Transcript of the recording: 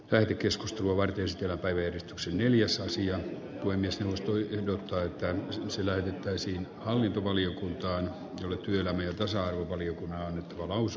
ey keskustelua vankisti toiveita synny jos asia kuin mestaruus tuli ehdottaa että se levittäisi hallintovaliokunta oli kyllä tässä on paljon kun hän nousi